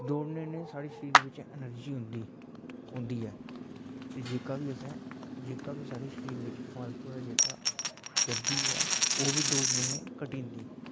दौड़ने नै साढ़े शरीर बिच्च अनर्जी औंदी औंदी ऐ ते जेह्का बी असैं जेह्का बी साढ़े शरीर बिच्च फालतू दा जेह्का चर्बी ऐ ओह्बी दौड़ने नै घटी जंदी